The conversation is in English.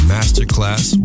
Masterclass